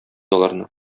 аларны